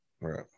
Right